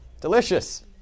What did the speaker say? delicious